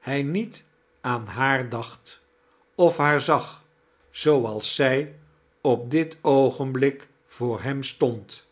hij niet aan haar dacht of haar zag zooals zij op dit oogenblik voor hem stond